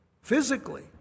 physically